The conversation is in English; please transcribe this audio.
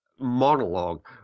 monologue